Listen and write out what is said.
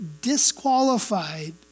disqualified